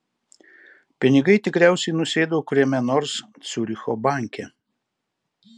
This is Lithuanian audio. pinigai tikriausiai nusėdo kuriame nors ciuricho banke